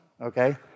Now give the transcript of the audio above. Okay